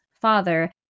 father